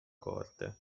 corte